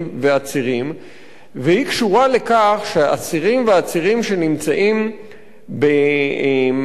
והיא קשורה לכך שאסירים ועצירים שנמצאים באיזוק אלקטרוני,